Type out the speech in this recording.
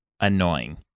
annoying